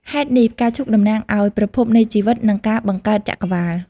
ហេតុនេះ ផ្កាឈូកតំណាងឱ្យ ប្រភពនៃជីវិត និងការបង្កើតចក្រវាឡ។